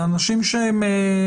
זה אנשים שעובדים,